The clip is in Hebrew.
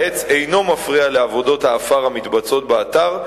העץ אינו מפריע לעבודות העפר המתבצעות באתר,